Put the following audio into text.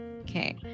Okay